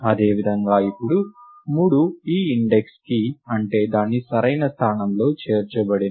అదేవిధంగా ఇప్పుడు మూడు e ఇండెక్స్కి అంటే దాని సరైన స్థానంలో చేర్చబడింది